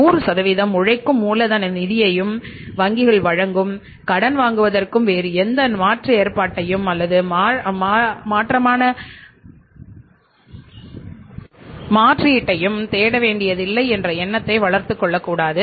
100 உழைக்கும் மூலதன நிதியையும் வங்கிகள் வழங்கும் கடன் வாங்குவதற்கும் வேறு எந்த மாற்றீட்டையும் தேட வேண்டியதில்லை என்ற எண்ணத்தை வளர்த்துக் கொள்ளக் கூடாது